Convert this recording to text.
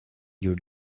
your